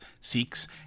Seeks